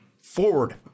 forward